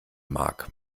mag